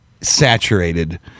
saturated